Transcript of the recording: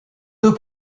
deux